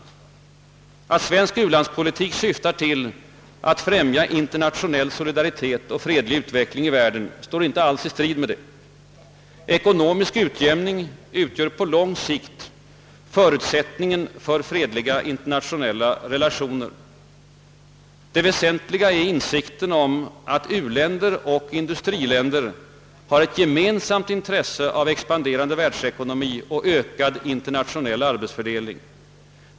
Att svensk u-landspolitik syftar till att främja internationell solidaritet och fredlig utveckling i världen står inte i strid härmed. Ekonomisk utjämning utgör på lång sikt förutsättningen för fredliga internationella relationer. Det väsentliga är insikten om att u-länder och industriländer har ett gemensamt intresse av expanderande världsekonomi och ökad internationell arbetsfördelning.